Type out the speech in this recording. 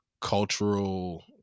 cultural